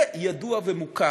זה ידוע ומוכר.